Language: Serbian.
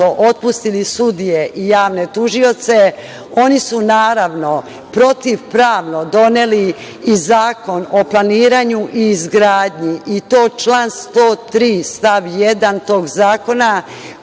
otpustili sudije i javne tužioce, oni su naravno protivpravno doneli i Zakon o planiranju i izgradnji i to član 103. stav 1. tog zakona